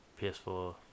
PS4